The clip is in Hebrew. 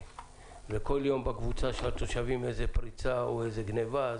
וכל יום יש בקבוצה של התושבים פריצה או גניבה.